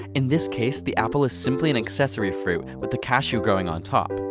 in this case the apple is simple an accessory fruit, with the cashew growing on top.